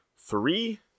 Three